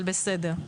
אבל בסדר.